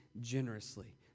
generously